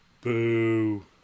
Boo